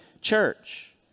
church